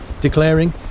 declaring